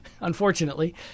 Unfortunately